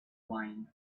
wine